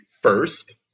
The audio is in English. first